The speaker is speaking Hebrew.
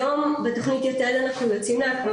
היום בתוכנית יתד אנחנו יוצאים מהקמה